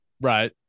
Right